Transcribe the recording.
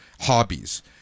hobbies